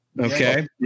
okay